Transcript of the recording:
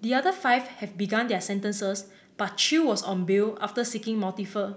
the other five have begun their sentences but Chew was on bail after seeking multiple